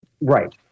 Right